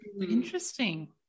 Interesting